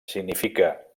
significa